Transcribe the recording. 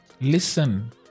Listen